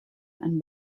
and